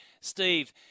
Steve